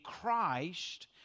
Christ